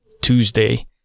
Tuesday